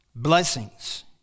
Blessings